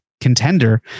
contender